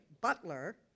butler